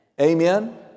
Amen